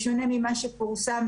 בשונה ממה שפורסם,